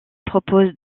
propose